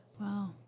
Wow